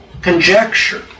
conjecture